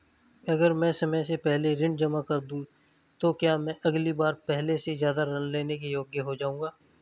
अगर मैं समय से पहले ऋण जमा कर दूं तो क्या मैं अगली बार पहले से ज़्यादा ऋण लेने के योग्य हो जाऊँगा?